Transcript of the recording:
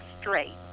straight